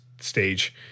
stage